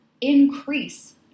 Increase